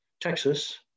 Texas